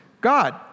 God